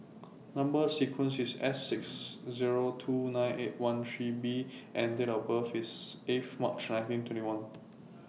Number sequence IS S six Zero two nine eight one three B and Date of birth IS eighth March nineteen twenty one